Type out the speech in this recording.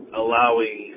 allowing